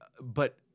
but-